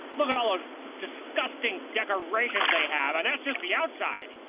look at all those disgusting decorations they have and that's just the outside.